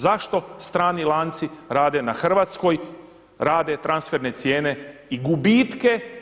Zašto strani lanci rade na Hrvatskoj, rade transferne cijene i gubitke.